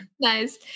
Nice